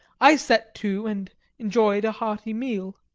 i set to and enjoyed a hearty meal.